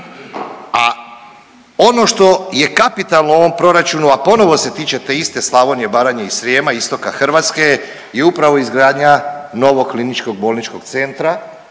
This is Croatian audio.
A ono što je kapitalno u ovom proračunu, a ponovo se tiče te iste Slavonije, Baranje i Srijema, Istoga Hrvatske je upravo izgradnja novog KBC-a i u